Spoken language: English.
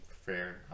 fair